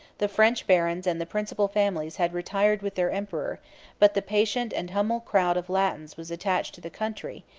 the french barons and the principal families had retired with their emperor but the patient and humble crowd of latins was attached to the country,